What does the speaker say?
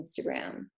Instagram